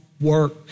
work